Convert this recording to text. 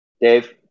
Dave